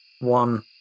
One